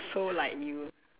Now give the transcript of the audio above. so like you